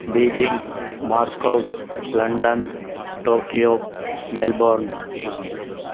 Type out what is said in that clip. Beijing Moscow London Tokyo Melbourne